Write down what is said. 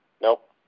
nope